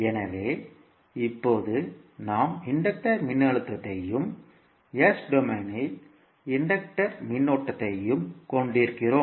எனவே இப்போது நாம் இன்டக்டர் மின்னழுத்தத்தையும் S டொமைனில் இன்டக்டர் மின்னோட்டத்தையும் கொண்டிருக்கிறோம்